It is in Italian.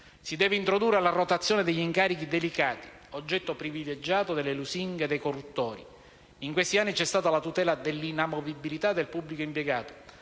Si deve introdurre la rotazione degli incarichi «delicati», oggetto privilegiato delle lusinghe dei corruttori. In questi anni c'è stata la tutela dell'inamovibilità del pubblico impiegato,